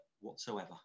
whatsoever